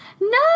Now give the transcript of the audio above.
No